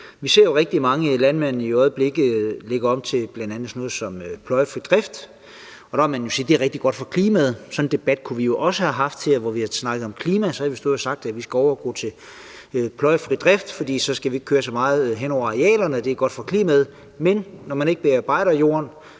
Vi ser rigtig mange landmænd, der i øjeblikket lægger om til bl.a. sådan noget som pløjefri drift. Der må man jo sige, at det er rigtig godt for klimaet. Sådan en debat kunne vi jo også have haft her, hvor vi havde snakket om klima. Så havde vi stået og sagt, at vi skulle overgå til pløjefri drift, for så skal vi ikke køre så meget hen over arealerne, og det er godt for klimaet, men når man ikke bearbejder jorden,